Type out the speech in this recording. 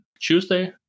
Tuesday